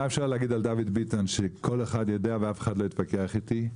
מה אפשר להגיד על דוד ביטן שכל אחד יודע ואף אחד לא יתווכח איתי?